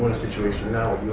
situation now,